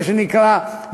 מה שנקרא,